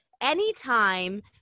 anytime